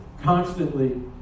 constantly